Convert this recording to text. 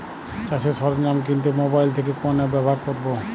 চাষের সরঞ্জাম কিনতে মোবাইল থেকে কোন অ্যাপ ব্যাবহার করব?